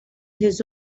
his